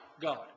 God